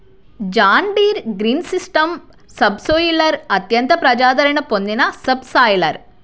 John Deere green system subsoiler అత్యంత ప్రజాదరణ పొందిన సబ్ సాయిలర్